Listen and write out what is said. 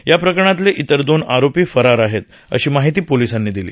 या प्रकरणातले इतर दोन आरोपी फरार झाले आहेत अशी माहिती पोलिसांनी दिली